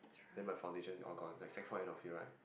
then my foundation is all gone like Sec four end of year right